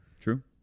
True